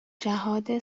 جهاد